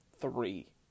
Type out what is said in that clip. three